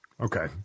Okay